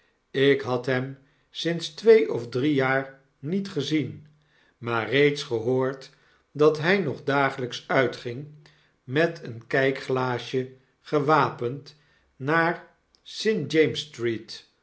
ik had hem sinds twee of drie jaar niet gezien maar reeds gehoord dat hy nog dagelyks uitging met een kykglaasje gewapend naar st